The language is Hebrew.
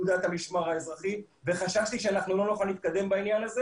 מקום שאנחנו הולכים.